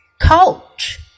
coach